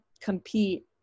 compete